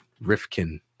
Rifkin